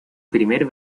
primer